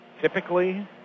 typically